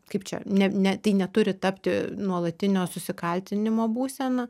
kaip čia ne ne tai neturi tapti nuolatinio susikaltinimo būsena